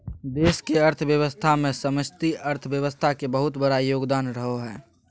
देश के अर्थव्यवस्था मे समष्टि अर्थशास्त्र के बहुत बड़ा योगदान रहो हय